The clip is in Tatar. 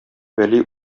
вәли